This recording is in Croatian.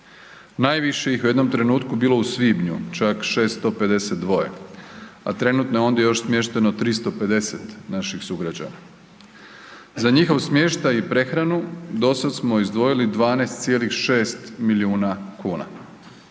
Najviše ih je u jednom trenutku bilo u svibnju čak 652, a trenutno je ondje još smješteno 350 naših sugrađana. Za njihov smještaj i prehranu do sada smo izdvojili 12,6 milijuna kuna,